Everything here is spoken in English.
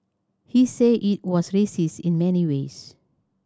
he said it was racist in many ways